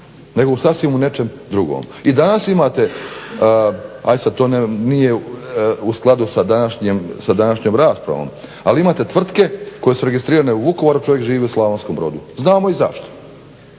nego u sasvim u nečem drugom. I danas imate ajde sada to nije u skladu sa današnjom raspravom, ali imate tvrtke koje su registrirane u Vukovaru, čovjek živi u Slavonskom Brodu, znamo i zašto.